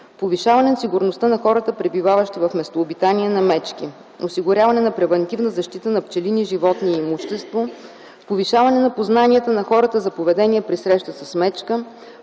повишаване сигурността на хората, пребиваващи в местообитание на мечки, осигуряване на превантивна защита на пчелини, животни и имущество, повишаване познанията на хората за поведение при среща с мечка,